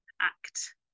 act